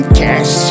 cash